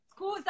scusa